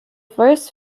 first